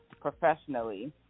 professionally